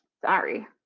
Sorry